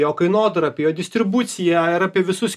jo kainodarą apie jo distribuciją ir apie visus